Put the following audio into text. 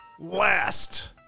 Last